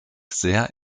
sehr